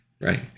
right